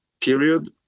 period